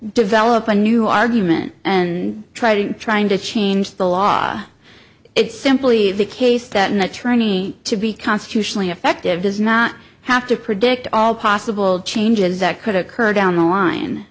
develop a new argument and try to trying to change the law it's simply the case that an attorney to be constitutionally effective does not have to predict all possible changes that could occur down the line